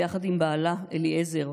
ויחד עם בעלה אליעזר,